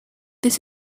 this